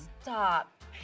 Stop